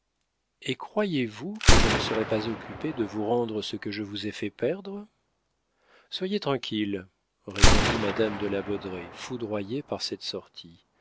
et croyez-vous que je ne serai pas occupée de vous rendre ce que je vous ai fait perdre soyez tranquille répondit madame de la baudraye foudroyée par cette sortie